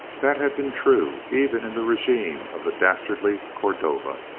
that had been true even in the regime of the dastardly cordova.